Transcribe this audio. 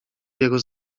jego